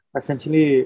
essentially